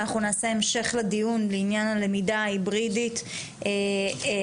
ואנחנו נעשה המשך לדיון לעניין הלמידה ההיברידית וכו'.